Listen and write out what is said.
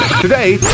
Today